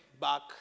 back